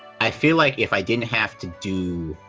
i feel like, if i didn't have to do,